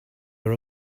were